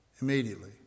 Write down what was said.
immediately